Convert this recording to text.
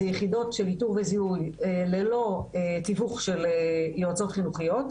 יחידות של איתור וזיהוי ללא תיווך של יועצות חינוכיות,